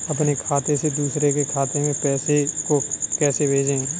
अपने खाते से दूसरे के खाते में पैसे को कैसे भेजे?